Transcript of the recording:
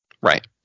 Right